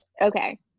Okay